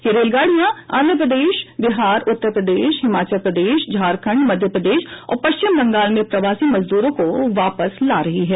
ये रेलगाड़ियां आंध्र प्रदेश बिहार उत्तर प्रदेश हिमाचल प्रदेश झारखंड मध्य प्रदेश और पश्चिम बंगाल में प्रवासी मजदूरों को वापस ला रही हैं